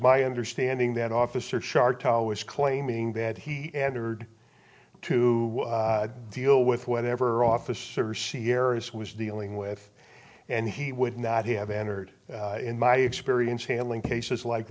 my understanding that officer chart always claiming that he answered to deal with whatever officers here is was dealing with and he would not have entered in my experience handling cases like